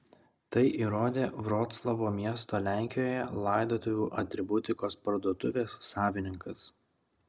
tai įrodė vroclavo miesto lenkijoje laidotuvių atributikos parduotuvės savininkas